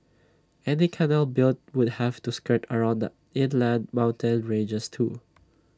any canal built would have to skirt around the inland mountain ranges too